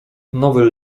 nowy